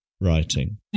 writing